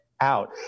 Out